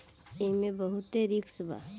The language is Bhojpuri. एईमे बहुते रिस्क बा